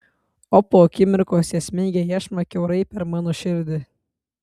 o po akimirkos jie smeigia iešmą kiaurai per mano širdį